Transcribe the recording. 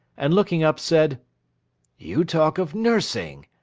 and, looking up, said you talk of nursing.